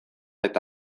eta